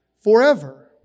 forever